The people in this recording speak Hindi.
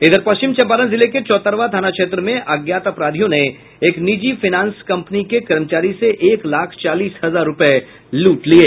इधर पश्चिम चंपारण जिले के चौतरवा थाना क्षेत्र में अज्ञात अपराधियों ने एक निजी फायंनास कंपनी के कर्मचारी से एक लाख चालीस हजार रूपये लूट लिये